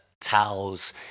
towels